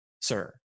sir